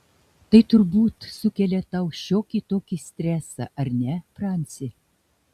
tai turbūt sukelia tau šiokį tokį stresą ar ne franci